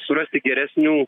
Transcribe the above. surasti geresnių